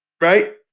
right